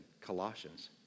Colossians